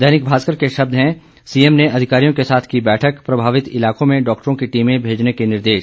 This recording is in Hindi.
दैनिक भास्कर के शब्द हैं सीएम ने अधिकारियों के साथ की बैठक प्रभावित इलाकों में डॉक्टरों की टीमें मेजने के निर्देश